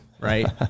Right